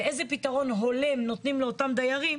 ואיזה פתרון הולם נותנים לאותם דיירים,